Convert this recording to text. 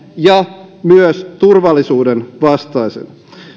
ja myös turvallisuuden vastaisena